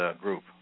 group